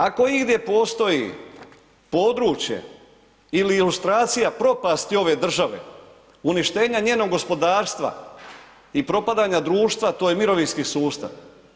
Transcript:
Ako igdje postoji područje ili ilustracija propasti ove države, uništenja njenog gospodarstva i propadanja društva, to je mirovinski sustav.